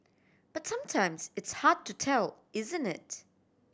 but sometimes it's hard to tell isn't it